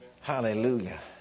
Hallelujah